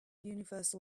universal